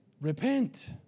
repent